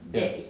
ya